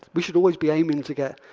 we should always be aiming to get